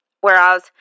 whereas